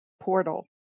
portal